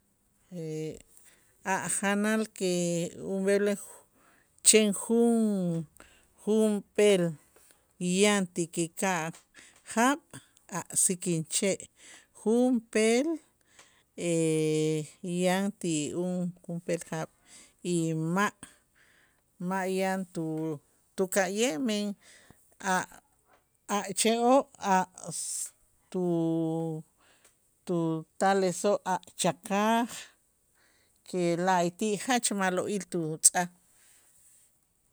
A' janal que ub'el chen jun- junp'eel yan ti ki ka' jaab' a' sikinche' junp'eel yan ti u junp'eel jaab' y ma' ma' yan tu- tuka'ye' men a'-a' che'oo' a' tu- tutalesoo' a' chakaj que la'ayti' jach ma'lo'il tutz'aj.